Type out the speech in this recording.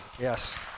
Yes